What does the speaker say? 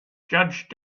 judge